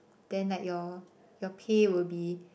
then like your your pay will be